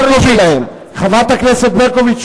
חברת הכנסת ברקוביץ,